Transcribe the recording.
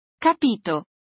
Capito